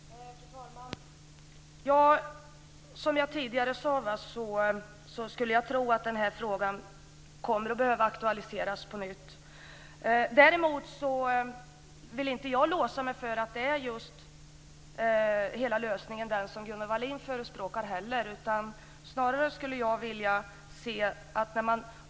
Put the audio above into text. Fru talman! Som jag tidigare sade skulle jag tro att den här frågan kommer att behöva aktualiseras på nytt. Däremot vill jag inte låsa mig för att hela lösningen är den som Gunnel Wallin förespråkar.